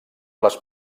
les